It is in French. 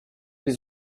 les